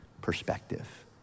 perspective